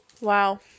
Wow